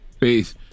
Peace